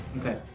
Okay